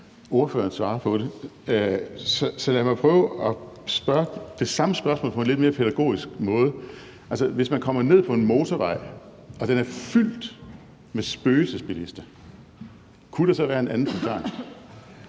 Så lad mig prøve at stille det samme spørgsmål på en lidt mere pædagogisk måde: Hvis man kommer ned på en motorvej og den er fyldt med spøgelsesbilister, kunne der så være en anden forklaring